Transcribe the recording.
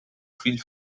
fill